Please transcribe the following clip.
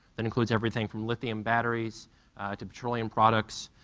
that includes everything from lithium batteries to petroleum products